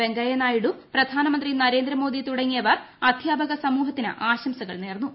വെങ്കയ്യ ന്റ്യീഡു പ്രധാനമന്ത്രി നരേന്ദ്രമോദി തുടങ്ങിയവർ അധ്യാപക സമൂഹത്തിന് ആശംസകൾ നേർന്നു